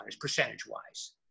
percentage-wise